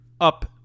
up